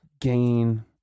Gain